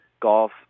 Golf